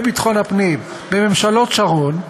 וביטחון הפנים, בממשלות שרון,